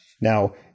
now